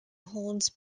holds